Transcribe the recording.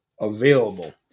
available